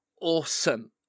awesome